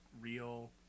real